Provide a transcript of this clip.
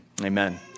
Amen